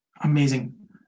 Amazing